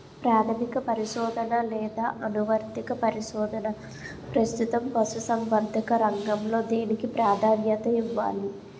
ప్రాథమిక పరిశోధన లేదా అనువర్తిత పరిశోధన? ప్రస్తుతం పశుసంవర్ధక రంగంలో దేనికి ప్రాధాన్యత ఇవ్వాలి?